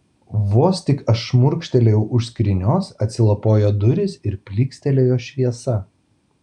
vos tik aš šmurkštelėjau už skrynios atsilapojo durys ir plykstelėjo šviesa